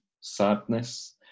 sadness